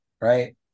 Right